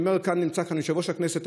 נמצא כאן יושב-ראש הכנסת,